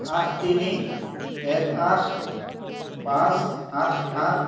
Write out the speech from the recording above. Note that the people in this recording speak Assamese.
আঠ তিনি এক আঠ পাঁচ সাত সাত